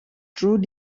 through